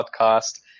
podcast